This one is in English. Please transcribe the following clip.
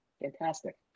Fantastic